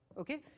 Okay